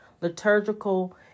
liturgical